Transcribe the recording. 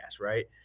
right